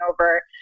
over